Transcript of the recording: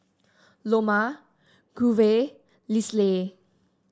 Loma Grover Leslie